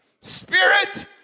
Spirit